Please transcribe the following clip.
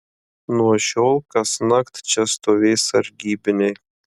nuo šiol kasnakt čia stovės sargybiniai